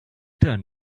turn